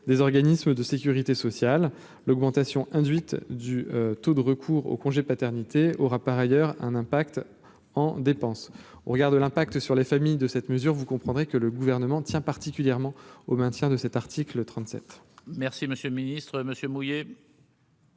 des organismes de Sécurité sociale, l'augmentation induite du taux de recours au congé paternité aura par ailleurs un impact en dépense au regard de l'impact sur les familles de cette mesure, vous comprendrez que le gouvernement tient particulièrement au maintien de cet article 37. Merci monsieur le ministre, monsieur mouillé.